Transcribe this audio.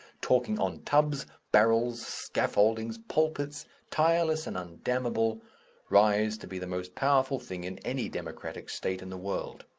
talking on tubs, barrels, scaffoldings, pulpits tireless and undammable rise to be the most powerful thing in any democratic state in the world.